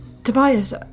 Tobias